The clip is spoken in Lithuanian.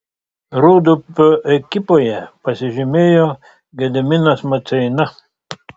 rūdupio ekipoje pasižymėjo gediminas maceina